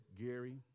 Gary